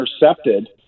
intercepted